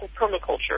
permaculture